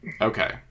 Okay